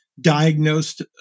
diagnosed